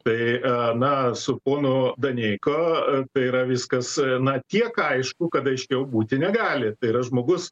tai a na su ponu daneika tai yra viskas na tiek aišku kada aiškiau būti negali tai yra žmogus